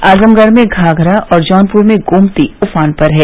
आजमगढ़ में घाघरा और जौनपुर में गोमती उफान पर हैं